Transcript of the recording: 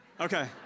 Okay